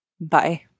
Bye